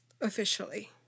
officially